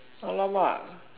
!alamak!